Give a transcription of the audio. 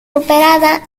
operada